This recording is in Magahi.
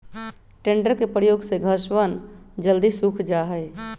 टेडर के प्रयोग से घसवन जल्दी सूख भी जाहई